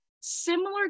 similar